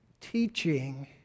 teaching